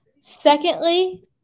Secondly